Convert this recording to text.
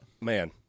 Man